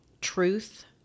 truth